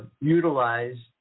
utilized